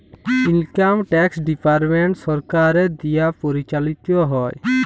income tax department সরকারের দিয়া পরিচালিত হ্যয়